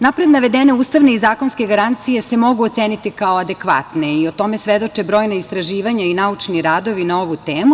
Napred navedene ustavne i zakonske garancije se mogu oceniti kao adekvatne i o tome svedoče brojna istraživanja i naučni radovi na ovu temu.